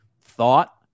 thought